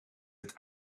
het